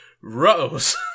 Rose